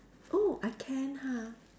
oh I can ha